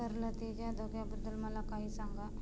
तरलतेच्या धोक्याबद्दल मला काही सांगा